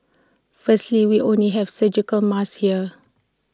firstly we only have surgical masks here